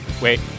wait